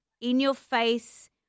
in-your-face